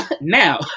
now